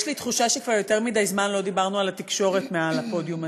יש לי תחושה שכבר יותר מדי זמן לא דיברנו על התקשורת מעל הפודיום הזה.